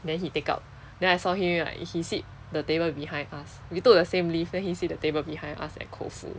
then he take out then I saw him right he sit the table behind us we took the same lift then he sit the table behind us at koufu